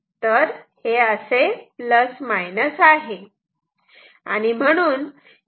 तर हे असे प्लस मायनस आहे